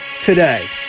today